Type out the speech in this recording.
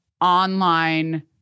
online